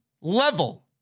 level